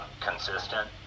consistent